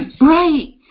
Right